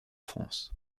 france